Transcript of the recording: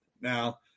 Now